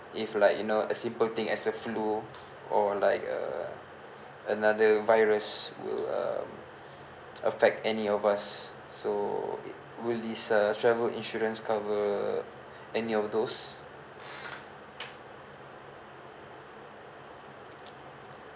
if like you know a simple thing as a flu or like uh another virus will um affect any of us so will this uh travel insurance cover any of those